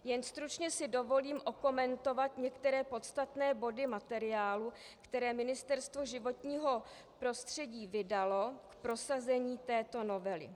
Jen stručně si dovolím okomentovat některé podstatné body materiálu, které Ministerstvo životního prostředí vydalo k prosazení této novely.